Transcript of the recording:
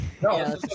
No